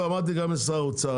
ואמרתי את זה גם לשר האוצר,